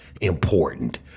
Important